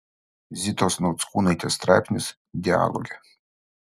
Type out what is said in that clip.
zitos nauckūnaitės straipsnis dialoge